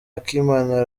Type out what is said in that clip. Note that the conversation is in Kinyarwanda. akimana